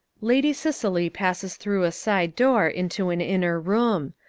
lady cicely passes through a side door into an inner room.